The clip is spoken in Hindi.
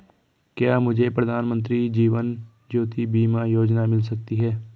क्या मुझे प्रधानमंत्री जीवन ज्योति बीमा योजना मिल सकती है?